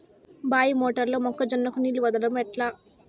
బాయి మోటారు లో మొక్క జొన్నకు నీళ్లు వదలడం ఎట్లా?